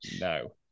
no